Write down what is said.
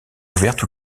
ouverte